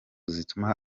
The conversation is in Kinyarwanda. zituma